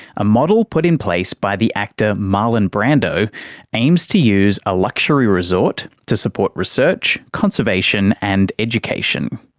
a model put in place by the actor marlon brando aims to use a luxury resort to support research, conservation and education.